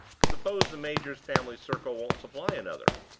suppose the major's family circle won't supply another?